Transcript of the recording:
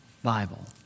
Bible